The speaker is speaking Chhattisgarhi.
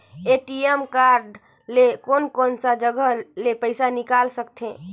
ए.टी.एम कारड ले कोन कोन सा जगह ले पइसा निकाल सकथे?